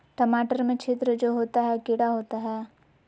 टमाटर में छिद्र जो होता है किडा होता है?